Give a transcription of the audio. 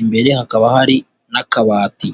imbere hakaba hari n'akabati.